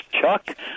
Chuck